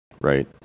right